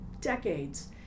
decades